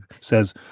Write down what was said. says –